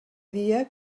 dia